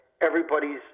everybody's